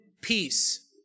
peace